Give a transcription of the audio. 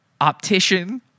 optician